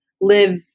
live